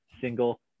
single